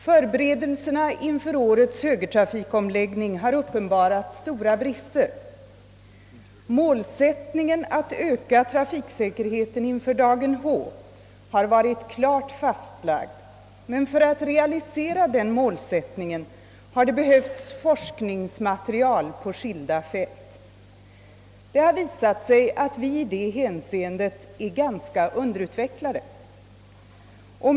Förberedelserna inför årets omläggning till högertrafik har uppenbarat stora brister; Målsättningen att öka trafiksäkerheten inför dagen H har varit klart fastlagd, men för att realisera detta mål har det behövts forskningsmaterial på skilda fält. Det har visat sig att vi i detta hänseende är ganska underutvecklade.